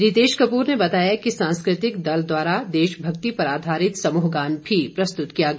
रितेश कपूर ने बताया कि सांस्कृतिक दल द्वारा देशभक्ति पर आधारित समूहगान भी प्रस्तुत किया गया